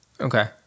Okay